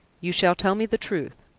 you shall tell me the truth.